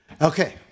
Okay